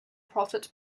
profits